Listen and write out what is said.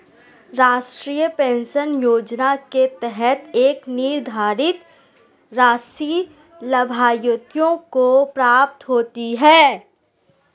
राष्ट्रीय पेंशन योजना के तहत एक निर्धारित राशि लाभार्थियों को प्राप्त होती है